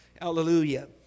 Hallelujah